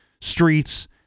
streets